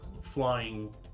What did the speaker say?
flying